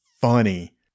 funny